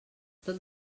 tot